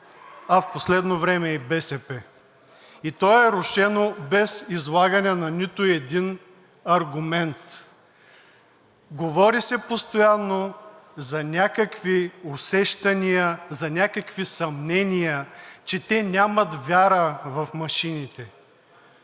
а в последно време и БСП, и то е рушено без излагане на нито един аргумент. Говори се постоянно за някакви усещания, за някакви съмнения, че те нямат вяра в машините.